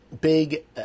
big